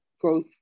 growth